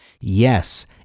Yes